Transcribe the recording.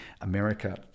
America